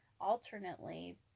alternately